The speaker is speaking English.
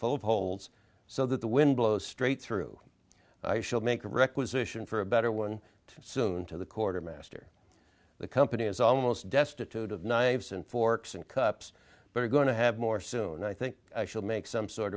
of holes so that the wind blows straight through i shall make requisition for a better one soon to the quartermaster the company is almost destitute of knives and forks and cups but are going to have more soon i think i shall make some sort